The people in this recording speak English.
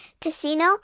casino